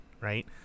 Right